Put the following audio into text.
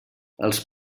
els